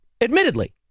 admittedly